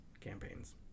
Campaigns